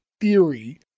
theory